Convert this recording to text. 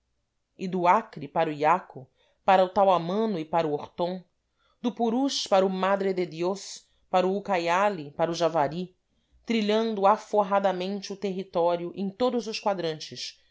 do acre para o iaco para o tauamano e para o orton do purus para o madre de diós para o ucaiali para o javari trilhando aforradamente o território em todos os quadrantes